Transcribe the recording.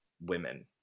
women